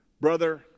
Brother